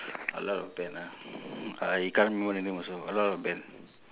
a lot of band ah I can't remember the name also a lot of band